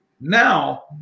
Now